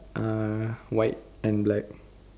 uh white and black